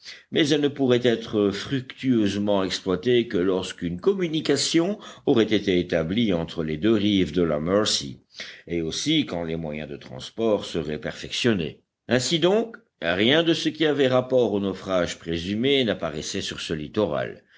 mais elle ne pourrait être fructueusement exploitée que lorsqu'une communication aurait été établie entre les deux rives de la mercy et aussi quand les moyens de transport seraient perfectionnés ainsi donc rien de ce qui avait rapport au naufrage présumé n'apparaissait sur ce littoral